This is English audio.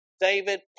David